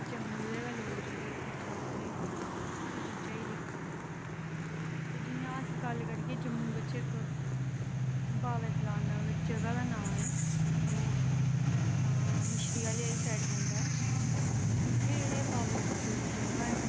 जम्मू दे गै जेह्ड़े लोग उत्थें जा दे न उस चीजां गी दिक्खा दे न ते जियां गल्ल करगे जम्मू बिच्च इक बाबै तलाऽ जगाह् दा नां ऐ तां मिसरी आह्ला सैड़ पौंदा ऐ ते उत्थें जेह्ड़ी बाबा जित्तो दी जगाह् ऐ